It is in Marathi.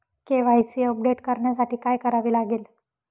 के.वाय.सी अपडेट करण्यासाठी काय करावे लागेल?